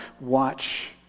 watch